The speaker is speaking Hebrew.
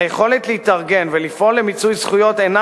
היכולת להתארגן ולפעול למיצוי זכויות אינה